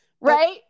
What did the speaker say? Right